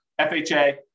FHA